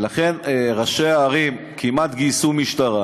ולכן ראשי הערים כמעט גייסו משטרה,